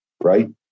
right